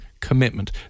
commitment